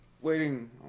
waiting